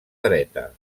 dreta